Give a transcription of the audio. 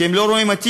כי הם לא רואים עתיד.